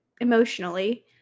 emotionally